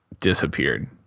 disappeared